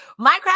Minecraft